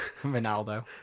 Ronaldo